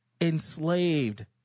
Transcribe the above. enslaved